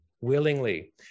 willingly